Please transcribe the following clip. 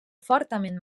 fortament